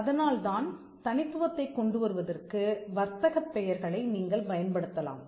அதனால்தான் தனித்துவத்தைக் கொண்டுவருவதற்கு வர்த்தகப் பெயர்களை நீங்கள் பயன்படுத்தலாம்